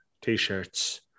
T-shirts